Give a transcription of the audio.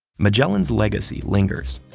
magellan's legacy lingers.